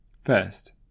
First